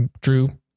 Drew